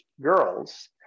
girls